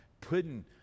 putting